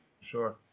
sure